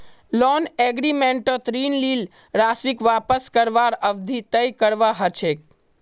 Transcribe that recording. loan एग्रीमेंटत ऋण लील राशीक वापस करवार अवधि तय करवा ह छेक